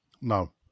No